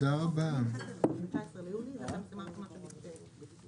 ובגלל שההגבלה הזאת לא היתה קיימת יכולים היו לעשות פעולות כאלה.